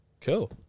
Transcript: Cool